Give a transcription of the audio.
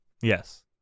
Yes